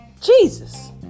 jesus